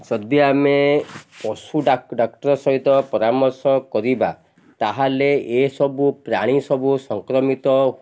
ଯଦି ଆମେ ପଶୁ ଡାକ୍ତର ସହିତ ପରାମର୍ଶ କରିବା ତା'ହେଲେ ଏସବୁ ପ୍ରାଣୀ ସବୁ ସଂକ୍ରମିତ